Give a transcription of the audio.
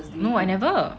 no I never